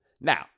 Now